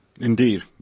Indeed